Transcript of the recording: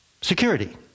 security